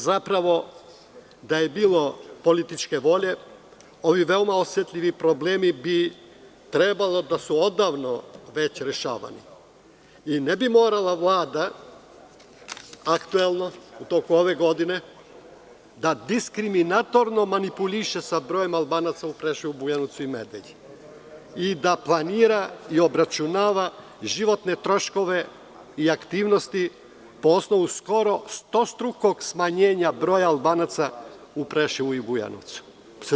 Zapravo, da je bilo političke volje, ovi veoma osetljivi problemi bi trebalo da su odavno već rešeni i ne bi morala aktuelna Vlada u toku ove godine da diskriminatorno manipuliše sa brojem Albanaca u Preševu, Bujanovcu i Medveđi i da planira i obračunava životne troškove i aktivnosti po osnovu skoro stostrukog smanjenja broja Albanaca u Preševu i u Bujanovcu.